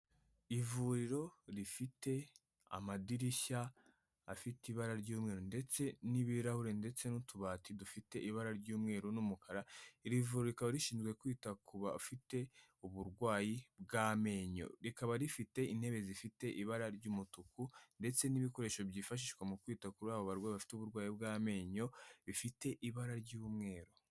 Ivuriro rifite amadirishya, afite ibara ry'umweru ndetse n'ibirahure ndetse n'utubati dufite ibara ry'umweru n'umukara, iri vuriro rikaba rishinzwe kwita ku bafite uburwayi bw'amenyo, rikaba rifite intebe zifite ibara ry'umutuku ndetse n'ibikoresho byifashishwa mu kwita kuri abo barwayi bafite uburwayi bw'amenyo, bifite ibara ry'umweru.